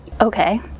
Okay